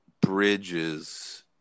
bridges